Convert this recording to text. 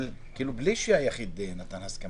אבל מבלי שהיחיד נתן את הסכמתו.